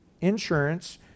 insurance